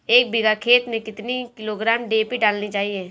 एक बीघा खेत में कितनी किलोग्राम डी.ए.पी डालनी चाहिए?